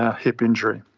ah hip injury.